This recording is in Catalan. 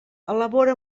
elabora